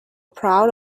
proud